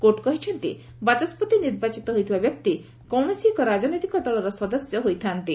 court କହିଛନ୍ତି ବାଚସ୍କତି ନିର୍ବାଚିତ ହୋଇଥିବା ବ୍ୟକ୍ତି କୌଣସି ଏକ ରାଜନୈତିକ ଦଳର ସଦସ୍ୟ ହୋଇଥା'ନ୍ତି